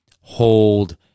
hold